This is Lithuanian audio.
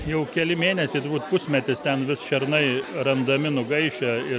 jau keli mėnesiai turbūt pusmetis ten vis šernai randami nugaišę ir